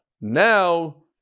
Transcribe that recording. Now